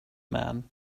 man